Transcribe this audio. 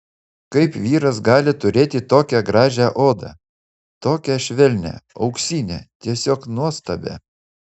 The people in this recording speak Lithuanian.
kaip vyras gali turėti tokią gražią odą tokią švelnią auksinę tiesiog nuostabią